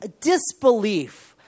disbelief